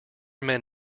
men